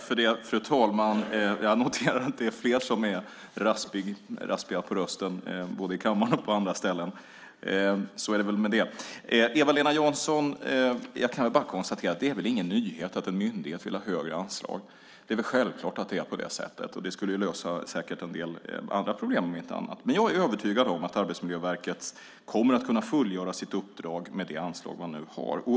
Fru talman! Jag noterar att det är flera som är raspiga på rösten, både i kammaren och på andra ställen. Jag kan bara konstatera, Eva-Lena Jansson, att det inte är någon nyhet att en myndighet vill ha högre anslag. Det är väl självklart att det är så. Det skulle säkert lösa en del andra problem. Jag är övertygad om att Arbetsmiljöverket kommer att kunna fullgöra sitt uppdrag med det anslag man nu har.